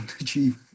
achieve